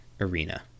arena